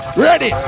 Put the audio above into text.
Ready